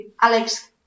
Alex